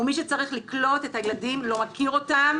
ומי שצריך לקלוט את הילדים לא מכיר אותם